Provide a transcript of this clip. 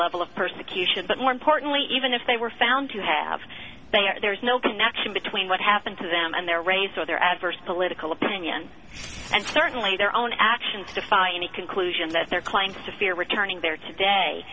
level of persecution but more importantly even if they were found to have there is no connection between what happened to them and their race or their adverse political opinion and certainly their own actions defy any conclusion that their claims to fear